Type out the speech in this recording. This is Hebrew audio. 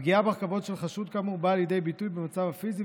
הפגיעה בכבוד של חשוד כאמור באה לידי ביטוי במצב הפיזי